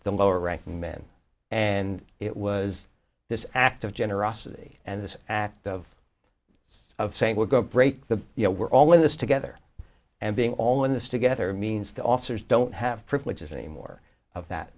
the lower ranking men and it was this act of generosity and this act of it's of saying we're going to break the you know we're all in this together and being all in this together means the officers don't have privileges any more of that